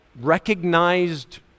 recognized